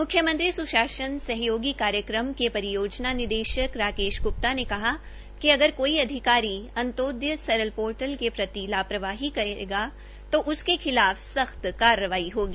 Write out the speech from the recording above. म्ख्यमंत्री स्शासन सहयोगी कार्यक्रम के परियोजना निदेशक राकेश ग्प्ता ने कहा है कि अगर कोई अधिकारी अंत्योदय सरल पोर्टल के प्रति लापरवाही करेगा तो उसके खिलाफ सख्त कार्रवाई होगी